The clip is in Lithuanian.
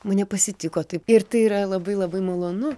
mane pasitiko taip ir tai yra labai labai malonu